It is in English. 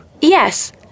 Yes